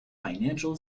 financial